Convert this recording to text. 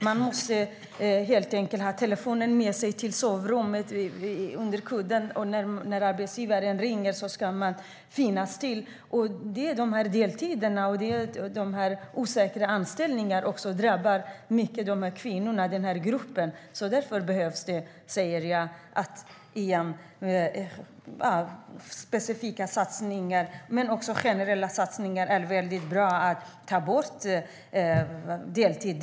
Man måste helt enkelt ha telefonen med sig till sovrummet och ha den under kudden, och när arbetsgivaren ringer ska man finnas till hands. Det handlar om deltider och osäkra anställningar, som mycket drabbar de här kvinnorna, den här gruppen. Därför behövs det, säger jag igen, specifika satsningar. Men också generella satsningar är bra för att ta bort deltider.